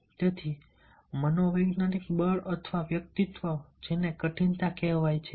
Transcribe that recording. તેથી મનોવૈજ્ઞાનિક બળ અથવા વ્યક્તિત્વ જેને કઠિનતા કહેવાય છે